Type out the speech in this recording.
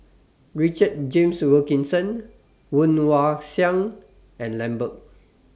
Richard James Wilkinson Woon Wah Siang and Lambert